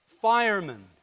Firemen